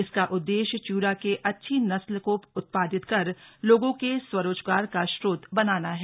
इसका उददेश्य च्यूरा के अच्छी नस्ल को उत्पादित कर लोगों के स्वरोजगार का स्रोत बनाना है